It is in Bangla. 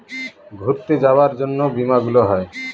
ঘুরতে যাবার জন্য বীমা গুলো হয়